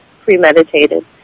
premeditated